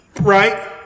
right